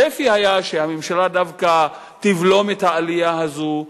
הצפי היה שהממשלה דווקא תבלום את העלייה הזאת,